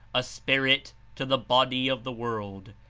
a spirit to the body of the world,